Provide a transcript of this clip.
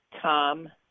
Tom